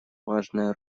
важная